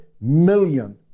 million